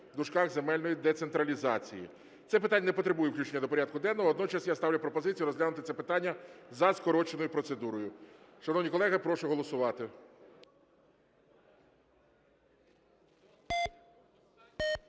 (земельної децентралізації). Це питання не потребує включення до порядку денного. Водночас я ставлю пропозицію розглянути це питання за скороченою процедурою. Шановні колеги, прошу голосувати.